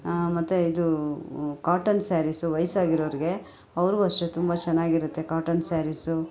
ಮತ್ತೆ ಇದು cotton saris ವಯಸ್ಸಾಗಿರೋರಿಗೆ ಅವ್ರಿಗು ಅಷ್ಟೇ ತುಂಬ ಚೆನ್ನಾಗಿರುತ್ತೆ ಕಾಟನ್ ಸ್ಯಾರೀಸು